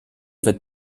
wird